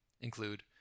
include